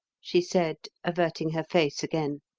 she said, averting her face again.